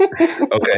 okay